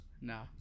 no